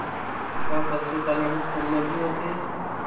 का पशुपालन ह फोन म भी होथे?